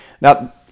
Now